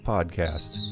Podcast